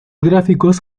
gráficos